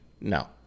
No